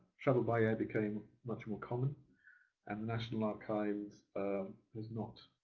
travel by air became much more common and the national archives um has not